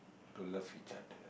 to love each other